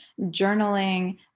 journaling